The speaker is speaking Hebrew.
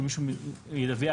שמי שידווח,